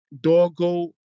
doggo